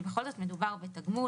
כי בכל זאת מדובר בתגמול,